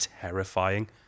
terrifying